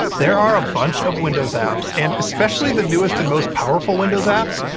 there are a bunch of windows apps, and especially the newest and most powerful windows apps,